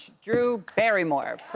drew barrymore,